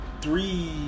three